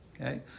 Okay